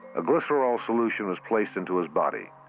a glycerol solution was placed into his body.